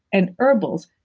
and herbals.